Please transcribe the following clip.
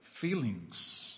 feelings